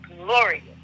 Glorious